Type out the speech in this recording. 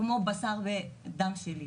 כמו בשר ודם שלי,